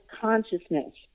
consciousness